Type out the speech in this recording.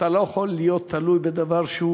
אני לא השמצתי אותה,